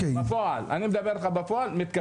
בפועל, אני מדבר איתך בפועל, מתקזז.